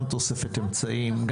גם תוספת אמצעים.